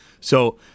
So-